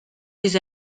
des